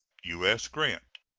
u s. grant.